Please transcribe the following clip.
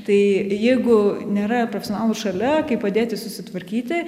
tai jeigu nėra personalo šalia kai padėti susitvarkyti